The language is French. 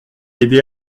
aidé